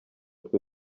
twe